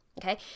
okay